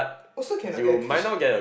also cannot get the question